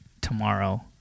tomorrow